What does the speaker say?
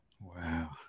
Wow